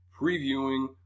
previewing